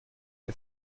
der